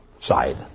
side